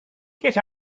get